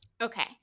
Okay